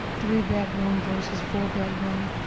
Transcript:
three bedroom versus four bedroom,